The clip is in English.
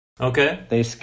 Okay